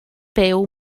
byw